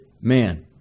man